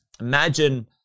Imagine